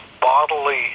bodily